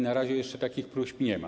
Na razie jeszcze takich próśb nie ma.